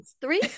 Three